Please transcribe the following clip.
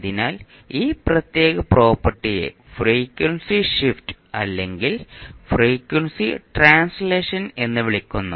അതിനാൽ ഈ പ്രത്യേക പ്രോപ്പർട്ടിയെ ഫ്രീക്വൻസി ഷിഫ്റ്റ് അല്ലെങ്കിൽ ഫ്രീക്വൻസി ട്രാൻസ്ലേഷൻ എന്ന് വിളിക്കുന്നു